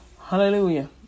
hallelujah